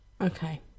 Okay